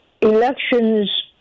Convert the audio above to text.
elections